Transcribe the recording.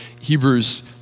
Hebrews